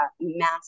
mass